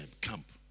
camp